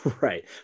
Right